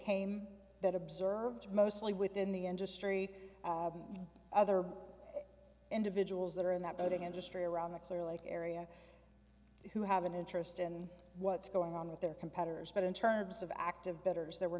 came that observed mostly within the industry and other individuals that are in that industry around the clearlake area who have an interest in what's going on with their competitors but in terms of active betters there were